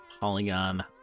Polygon